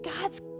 god's